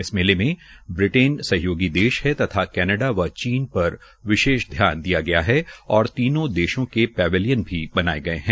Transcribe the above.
इस मेले में बिट्रेन सहयोगी देश है तथा कैनेडा व चीन पर विशेष ध्यान दिया है और तीनों देशों को पैवेलियन भी बनाये गये है